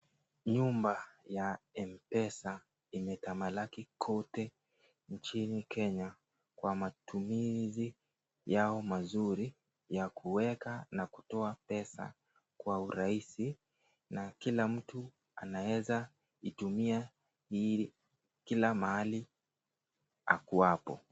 Nyumba ya mpesa imetamalaki kote nchi Kenya, kwa matumizi yao mazuri ya kuweka na kutoa pesa kwa urahisi, na kila mtu anawezaitumia kila mahali akuwapo